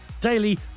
Daily